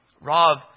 Rob